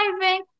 driving